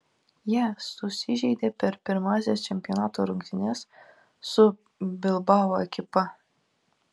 jie susižeidė per pirmąsias čempionato rungtynes su bilbao ekipa